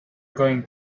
going